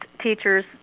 teachers